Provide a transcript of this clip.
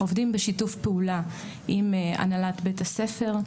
עובדים בשיתוף פעולה עם הנהלת בית הספר.